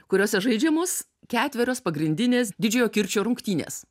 kuriuose žaidžiamos ketverios pagrindinės didžiojo kirčio rungtynės